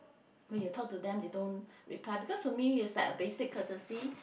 when you talk to them they don't reply because to me it's like a basic courtesy